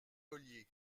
ollier